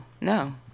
no